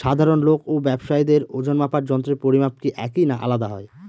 সাধারণ লোক ও ব্যাবসায়ীদের ওজনমাপার যন্ত্রের পরিমাপ কি একই না আলাদা হয়?